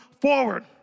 forward